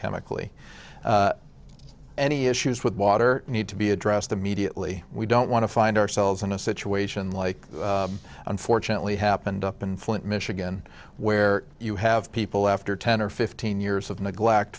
chemically any issues with water need to be addressed immediately we don't want to find ourselves in a situation like unfortunately happened up in flint michigan where you have people after ten or fifteen years of neglect